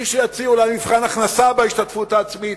מישהו יציע אולי מבחן הכנסה בהשתתפות העצמית,